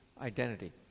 identity